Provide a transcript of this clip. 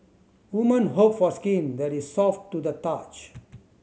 women hope for skin that is soft to the touch